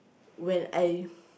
when I